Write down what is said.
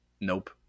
Nope